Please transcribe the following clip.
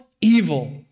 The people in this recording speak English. evil